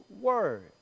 Word